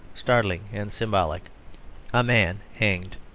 startling and symbolic a man hanged.